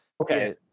Okay